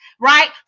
right